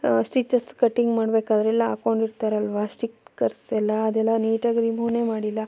stitches cutting ಮಾಡ್ಬೇಕಾದ್ರೆ ಎಲ್ಲ ಹಾಕೊಂಡಿರ್ತಾರಲ್ವ ಸ್ಟಿಕ್ಕರ್ಸ್ ಎಲ್ಲ ಅದೆಲ್ಲ ನೀಟಾಗಿ ರಿಮೂನೇ ಮಾಡಿಲ್ಲ